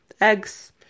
eggs